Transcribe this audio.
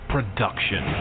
Production